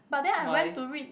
but then I went to read